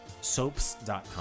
soaps.com